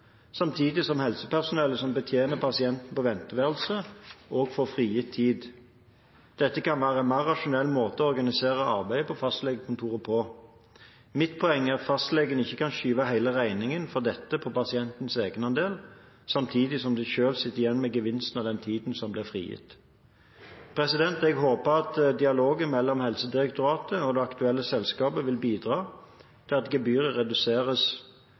samtidig som helsepersonellet som betjener pasientene på venteværelset, får frigitt tid. Dette kan være en mer rasjonell måte å organisere arbeidet på fastlegekontoret på. Mitt poeng er at fastlegene ikke kan skyve hele regningen for dette på pasientens egenandel, samtidig som de selv sitter igjen med gevinsten av den tiden som blir frigitt. Jeg håper at dialogen mellom Helsedirektoratet og det aktuelle selskapet vil bidra til at gebyret reduseres